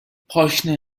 پاشنه